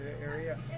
area